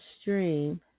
stream